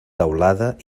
teulada